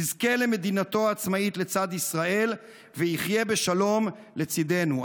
יזכה למדינתו העצמאית לצד ישראל ויחיה בשלום לצידנו.